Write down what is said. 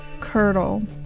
curdle